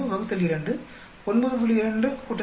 2 3